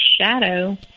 shadow